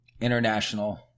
International